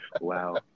Wow